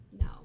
no